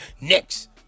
next